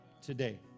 today